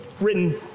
written